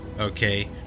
okay